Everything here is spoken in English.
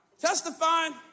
Testifying